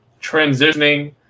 transitioning